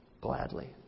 gladly